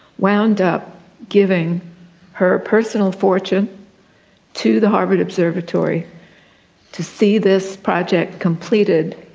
wound up giving her personal fortune to the harvard observatory to see this project completed